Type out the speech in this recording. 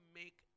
make